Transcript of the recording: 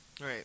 Right